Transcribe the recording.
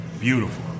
Beautiful